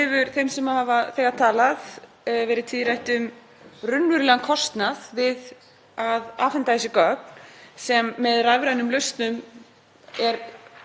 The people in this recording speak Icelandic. er í raun orðinn enginn, kostnaðurinn við að prenta út einhver skjöl sem til eru. Þarna kemur upp atriði sem ég